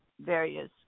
various